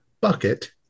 bucket